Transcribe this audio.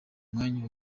mwanya